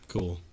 Cool